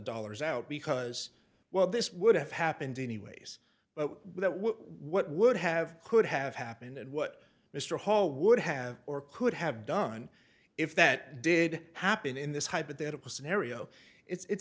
dollars out because well this would have happened anyways but what would have could have happened and what mr hall would have or could have done if that did happen in this hypothetical scenario it's